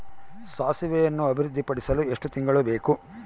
ಸಾಸಿವೆಯನ್ನು ಅಭಿವೃದ್ಧಿಪಡಿಸಲು ಎಷ್ಟು ತಿಂಗಳು ಬೇಕು?